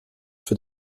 für